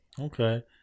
Okay